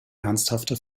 ernsthafte